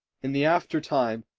in the after time,